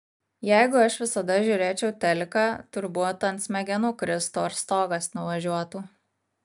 jeigu aš visada žiūrėčiau teliką turbūt ant smegenų kristų ar stogas nuvažiuotų